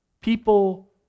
people